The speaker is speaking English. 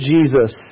Jesus